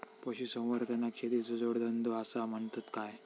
पशुसंवर्धनाक शेतीचो जोडधंदो आसा म्हणतत काय?